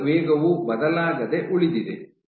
ಕೋಶದ ವೇಗವು ಬದಲಾಗದೆ ಉಳಿದಿದೆ